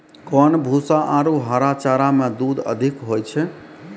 कोन भूसा आरु हरा चारा मे दूध अधिक होय छै?